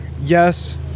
Yes